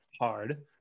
hard